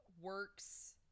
works